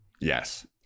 Yes